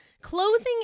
Closing